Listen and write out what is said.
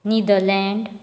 Netherlands